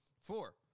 Four